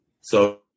So-